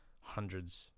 hundreds